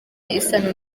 isano